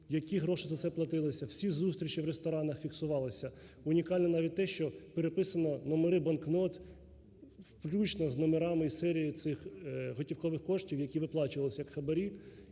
які гроші за це платилися, всі зустрічі в ресторанах фіксувалися. Унікально навіть те, що переписано номери банкнот включно з номерами серії цих готівкових коштів, які виплачувалися як хабарі,